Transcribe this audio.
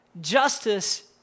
justice